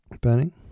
burning